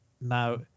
Now